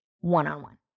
one-on-one